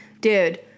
Dude